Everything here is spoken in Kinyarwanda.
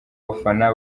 bafana